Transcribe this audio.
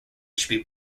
should